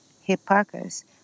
Hipparchus